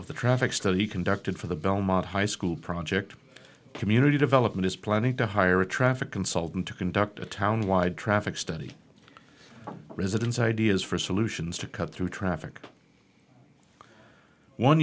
of the traffic study conducted for the belmont high school project community development is planning to hire a traffic consultant to conduct a town wide traffic study residents ideas for solutions to cut through traffic one